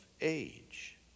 age